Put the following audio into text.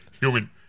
Human